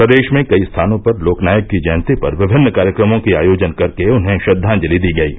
प्रदेश में कई स्थानों पर लोकनायक की जयंती पर विभिन्न कार्यक्रमों के आयोजन कर के उन्हें श्रद्वाजंति दी गयी